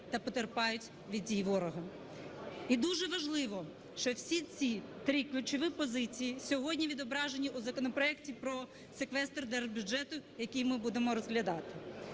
та потерпають від дій ворога. І дуже важливо, що всі ці три ключові позиції сьогодні відображені у законопроекті про секвестр держбюджету, який ми будемо розглядати.